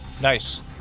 Nice